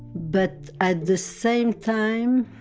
but at the same time,